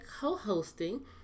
co-hosting